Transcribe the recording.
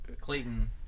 clayton